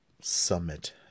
summit